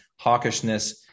hawkishness